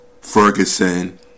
Ferguson